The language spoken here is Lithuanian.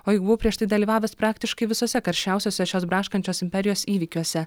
o juk buvau prieš tai dalyvavęs praktiškai visose karščiausiuose šios braškančios imperijos įvykiuose